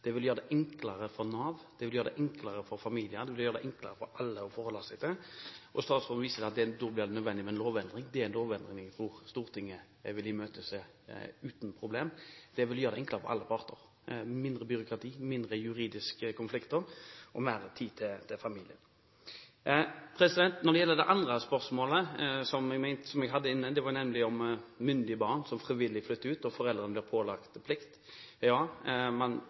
det gjelder treårsregelen. Det vil gjøre det enklere for Nav, det vil gjøre det enklere for familier, det vil gjøre det enklere for alle å forholde seg til. Statsråden viser til at da blir det nødvendig med en lovendring. Det er en lovendring jeg tror Stortinget vil imøtese uten problemer. Det vil gjøre det enklere for alle parter, mindre byråkrati, færre juridiske konflikter og mer tid til familien. Så til det andre spørsmålet mitt, om myndige barn som frivillig flytter ut, og foreldrene blir pålagt plikt. Ja, man